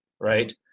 right